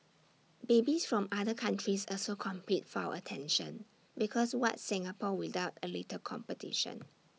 babies from other countries also compete for our attention because what's Singapore without A little competition